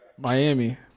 Miami